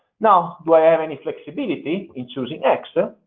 now do i have any flexibility in choosing x? ah